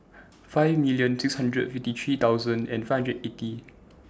five million six hundred fifty three thousand and five hundred eighty